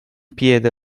piede